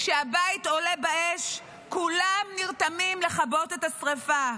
כשהבית עולה באש, כולם נרתמים לכבות את השרפה.